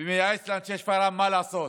ומייעץ לאנשי שפרעם מה לעשות: